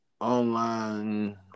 online